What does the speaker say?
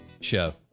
show